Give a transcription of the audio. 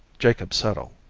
jacob settle!